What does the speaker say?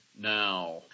now